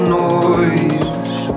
noise